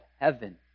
heaven